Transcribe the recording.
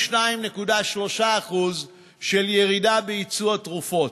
ו-42.3% של ירידה ביצוא התרופות.